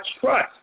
trust